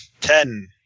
Ten